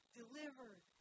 delivered